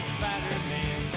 Spider-Man